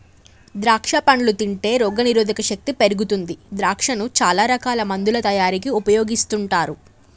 ద్రాక్షా పండ్లు తింటే రోగ నిరోధక శక్తి పెరుగుతుంది ద్రాక్షను చాల రకాల మందుల తయారీకి ఉపయోగిస్తుంటారు